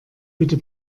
bitte